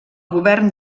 govern